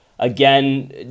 Again